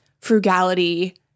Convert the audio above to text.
frugality